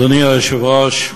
אדוני היושב-ראש,